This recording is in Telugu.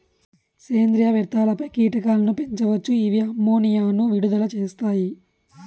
సేంద్రీయ వ్యర్థాలపై కీటకాలను పెంచవచ్చు, ఇవి అమ్మోనియాను విడుదల చేస్తాయి